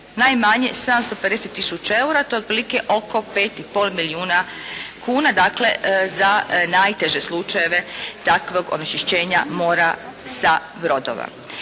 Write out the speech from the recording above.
najmanje 750 tisuća eura. To je otprilike oko pet i pol milijuna kuna. Dakle, za najteže slučajeve takvog onečišćenja mora sa brodova.